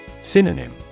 Synonym